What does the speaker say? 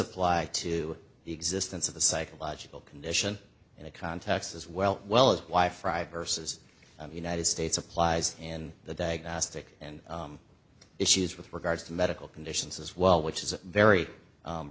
apply to the existence of the psychological condition in a context as well well as why fry versus united states applies and the diagnostic and issues with regards to medical conditions as well which is very